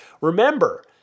remember